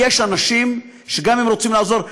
כי יש אנשים שגם אם הם רוצים לעזור,